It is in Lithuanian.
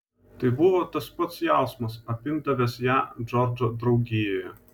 tai buvo tas pats jausmas apimdavęs ją džordžo draugijoje